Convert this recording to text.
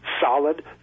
solid